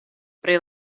pri